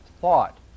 thought